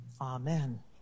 Amen